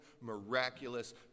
miraculous